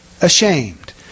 ashamed